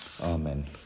Amen